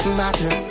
matter